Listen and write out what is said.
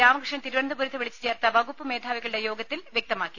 രാമകൃഷ്ണൻ തിരുവനന്തപുരത്ത് വിളിച്ചു ചേർത്ത വകുപ്പു മേധാവികളുടെ യോഗത്തിൽ വ്യക്തമാക്കി